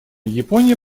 япония